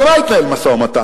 על מה יתנהל משא-ומתן?